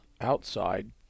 outside